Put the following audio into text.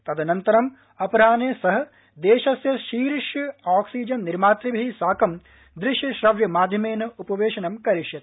तदनन्तरम् अपराहे सः देशस्य शीर्ष आक्सीजन निर्मातृभिः साकं दृश्य श्रव्य माध्यमेन उपवेशनं करिष्यति